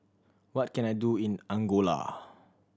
what can I do in Angola